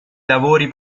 lavori